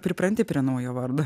pripranti prie naujo vardo